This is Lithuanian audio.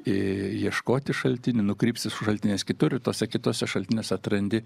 ieškoti šaltinių nukrypsti šaltiniais kitur tuose kituose šaltiniuose atrandi